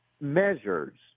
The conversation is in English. Measures